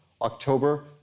October